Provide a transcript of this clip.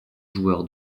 joueur